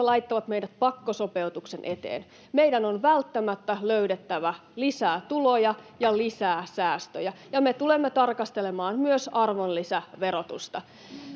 laittavat meidät pakkosopeutuksen eteen. Meidän on välttämättä löydettävä lisää tuloja ja lisää säästöjä, ja me tulemme tarkastelemaan myös arvonlisäverotusta.